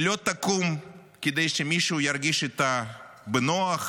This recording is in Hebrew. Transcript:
היא לא תקום כדי שמישהו ירגיש איתה בנוח,